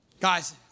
Guys